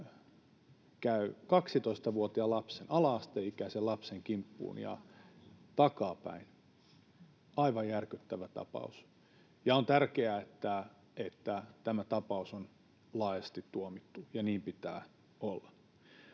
käy 12-vuotiaan lapsen, ala-asteikäisen lapsen, kimppuun takaapäin. Aivan järkyttävä tapaus. On tärkeää, että tämä tapaus on laajasti tuomittu, ja niin pitää olla.